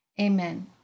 amen